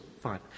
Fine